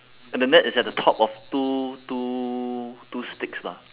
and the net is at the top of two two two sticks lah